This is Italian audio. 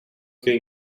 che